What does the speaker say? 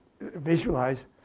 visualize